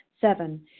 Seven